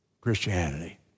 Christianity